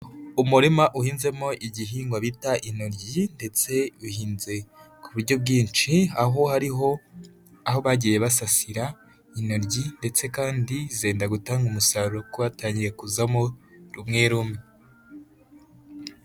Umurima uhinzemo igihingwa bita inoryi ndetse bihinze ku buryo bwinshi, aho hariho aho bagiye basasira intoryi ndetse kandi zenda gutanga umusaruro kuko hatangiye kuzamo rumwe rumwe.